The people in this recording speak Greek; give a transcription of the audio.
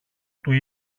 του